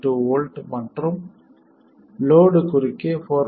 2 V மற்றும் load குறுக்கே 4